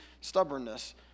stubbornness